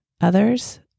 others